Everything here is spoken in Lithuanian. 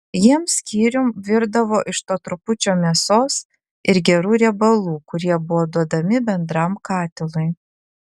jiems skyrium virdavo iš to trupučio mėsos ir gerų riebalų kurie buvo duodami bendram katilui